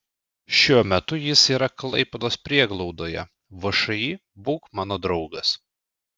šiuo metu jis yra klaipėdos prieglaudoje všį būk mano draugas